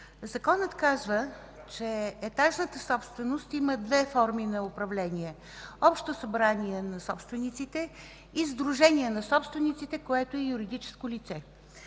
законът казва, че етажната собственост има две форми на управление – Общо събрание на собствениците и Сдружение на собствениците, което е юридическо лице.